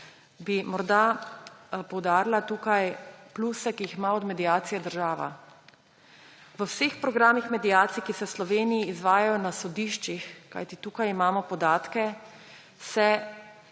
bi morda poudarila tukaj pluse, ki jih ima od mediacije država. V vseh programih mediacij, ki se v Sloveniji izvajajo na sodiščih, kajti tukaj imamo podatke, se